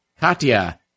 Katya